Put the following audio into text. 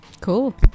Cool